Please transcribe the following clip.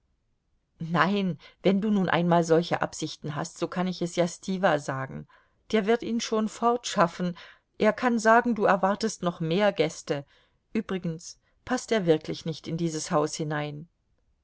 nein wenn du nun einmal solche absichten hast so kann ich es ja stiwa sagen der wird ihn schon fortschaffen er kann sagen du erwartetest noch mehr gäste übrigens paßt er wirklich nicht in dieses haus hinein